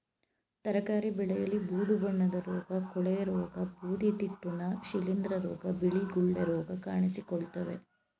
ತರಕಾರಿ ಬೆಳೆಯಲ್ಲಿ ಬೂದು ಬಣ್ಣದ ರೋಗ, ಕೊಳೆರೋಗ, ಬೂದಿತಿಟ್ಟುನ, ಶಿಲಿಂದ್ರ ರೋಗ, ಬಿಳಿ ಗುಳ್ಳೆ ರೋಗ ಕಾಣಿಸಿಕೊಳ್ಳುತ್ತವೆ